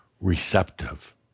receptive